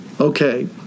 okay